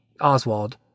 Oswald